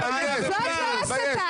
זאת לא הסתה.